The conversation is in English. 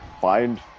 find